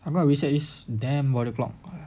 I'm not really sure is damn what o'clock